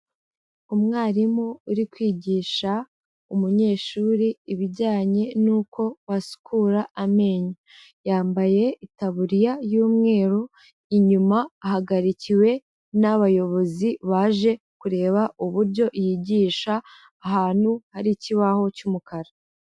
Umwarimu uri kwigisha umunyeshuri ibijyanye n'uko wasukura amenyo, yambaye itaburiya y'umweru, inyuma ahagarikiwe n'abayobozi baje kureba uburyo yigisha, ahantu hari ikibaho cy'umukara.